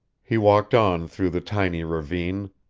he walked on through the tiny ravine.